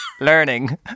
learning